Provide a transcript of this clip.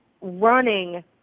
running